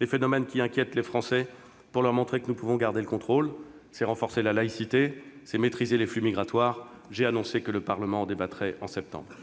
les phénomènes qui inquiètent les Français, pour leur montrer que nous pouvons garder le contrôle. C'est renforcer la laïcité. C'est maîtriser les flux migratoires ; j'ai annoncé que le Parlement en débattrait en septembre.